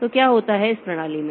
तो क्या होता है इस प्रणाली में